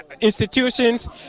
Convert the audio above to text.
institutions